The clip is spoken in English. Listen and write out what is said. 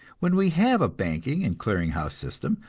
when we have a banking and clearing-house system,